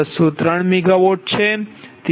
203 MW